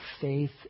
faith